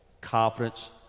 confidence